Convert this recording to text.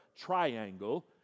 triangle